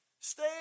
Stay